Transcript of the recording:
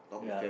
ya